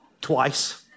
Twice